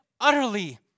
Utterly